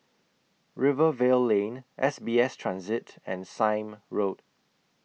Rivervale Lane S B S Transit and Sime Road